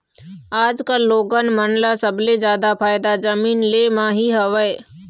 आजकल लोगन मन ल सबले जादा फायदा जमीन ले म ही हवय